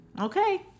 okay